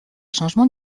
changement